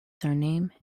surname